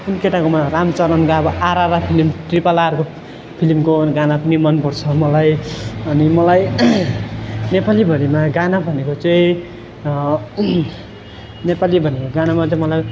कुन केटाकोमा रामचरणको अब आरआरआर फिल्म ट्रिपल आरको फिल्मको गाना पनि मनपर्छ मलाई अनि मलाई नेपालीभरिमा गाना भनेको चाहिँ नेपालीभरिमा गानामा चाहिँ मलाई